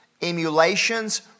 emulations